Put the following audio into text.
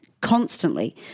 constantly